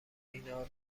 اینا